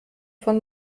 von